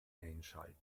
einschalten